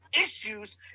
issues